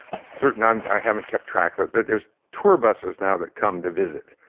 certain, um i haven't kept track of it, but there's tour buses now that come to visit.